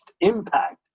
impact